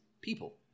people